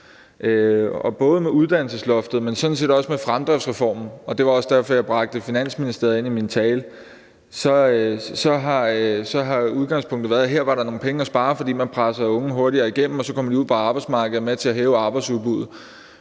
Og både med uddannelsesloftet, men sådan set også med fremdriftsreformen – det var også derfor, jeg bragte Finansministeriet ind i min tale – har udgangspunktet været, at der her var nogle penge at spare, fordi man presser unge hurtigere igennem, som så kommer ud på arbejdsmarkedet og er med til at hæve arbejdsudbuddet.